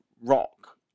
rock